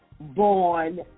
born